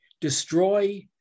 destroy